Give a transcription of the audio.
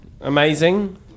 Amazing